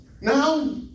Now